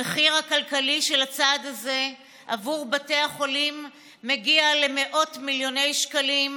המחיר הכלכלי של הצעד הזה עבור בתי החולים מגיע למאות מיליוני שקלים.